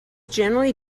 generally